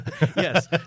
Yes